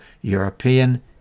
European